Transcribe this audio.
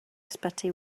ysbyty